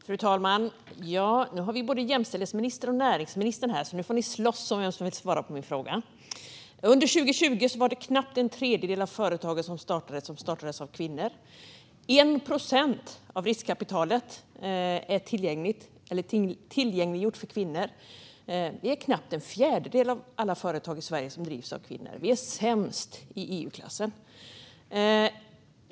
Fru talman! Nu har vi både jämställdhetsministern och näringsministern här, så nu får ni slåss om vem som vill svara på min fråga. Under 2020 var det knappt en tredjedel av företagen som startades av kvinnor. 1 procent av riskkapitalet har tillgängliggjorts för kvinnor. Det är knappt en fjärdedel av alla företag i Sverige som drivs av kvinnor. Vi är sämst i EU-klassen.